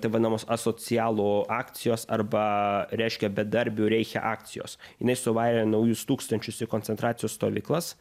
taip vadinamos asocialų akcijos arba reiškia bedarbių reiche akcijos jinai suvarė naujus tūkstančius ir koncentracijos stovyklas